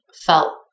felt